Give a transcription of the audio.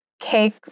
cake